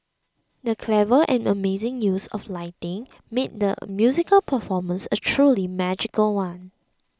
the clever and amazing use of lighting made the musical performance a truly magical one